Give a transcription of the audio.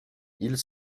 ils